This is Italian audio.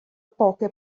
poche